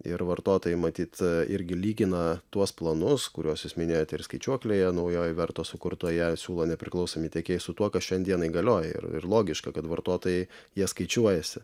ir vartotojai matyt irgi lygina tuos planus kuriuos jūs minėjote ir skaičiuoklėje naujoje verto sukurtoje siūlo nepriklausomi tiekėjai su tuo ką šiandienai galioja ir logiška kad vartotojai jie skaičiuojasi